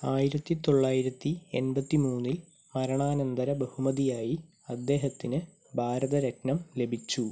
ആയിരത്തി തൊള്ളായിരത്തി എൺപത്തി മൂന്നിൽ മരണാനന്തര ബഹുമതിയായി അദ്ദേഹത്തിന് ഭാരത രത്നം ലഭിച്ചു